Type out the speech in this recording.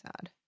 sad